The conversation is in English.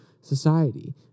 society